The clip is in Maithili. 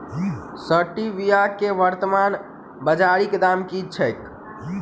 स्टीबिया केँ वर्तमान बाजारीक दाम की छैक?